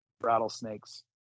rattlesnakes